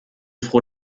froh